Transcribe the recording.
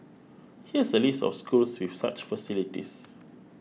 here's a list of schools with such facilities